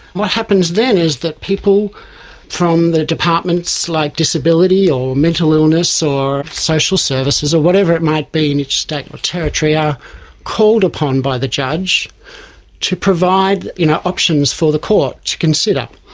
what happens then is that people from the departments like disability or mental illness or social services or whatever it might be in each state or territory, are called upon by the judge to provide you know options for the court to consider.